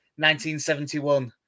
1971